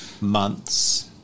months